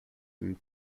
and